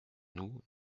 nous